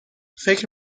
فکر